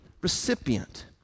recipient